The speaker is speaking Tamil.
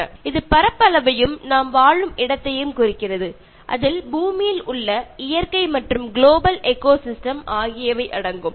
இது Refer Slide Time 0447 பரப்பளவையும் நாம் வாழும் இடத்தையும் குறிக்கிறது அதில் பூமியில் உள்ள இயற்கை மற்றும் குளோபல் எக்கோசிஸ்டம் ஆகியவை அடங்கும்